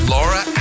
Laura